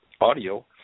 audio